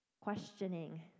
questioning